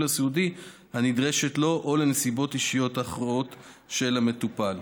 הסיעודי הנדרש לו או לנסיבות אישיות אחרות של המטופל.